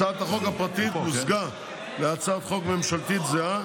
הצעת החוק הפרטית הוסבה להצעת חוק ממשלתית זהה,